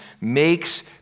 makes